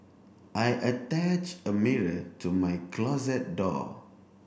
I attach a mirror to my closet door